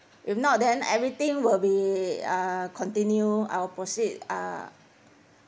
if not then everything will be uh continue I'll proceed uh